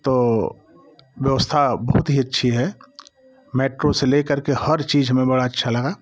तो व्यवस्था बहुत ही अच्छी है मैट्रो से लेकर के हर चीज में बड़ा अच्छा लगा